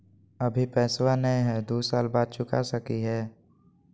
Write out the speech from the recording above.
अभि पैसबा नय हय, दू साल बाद चुका सकी हय?